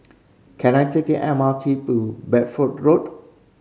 can I take the M R T to Bedford Road